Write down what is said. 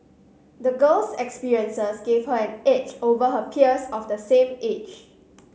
the girl's experiences gave her an edge over her peers of the same age